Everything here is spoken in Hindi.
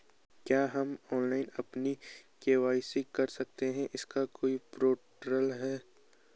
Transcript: क्या हम ऑनलाइन अपनी के.वाई.सी करा सकते हैं इसका कोई पोर्टल है?